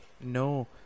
No